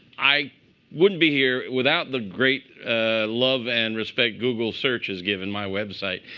i wouldn't be here without the great ah love and respect google search has given my website.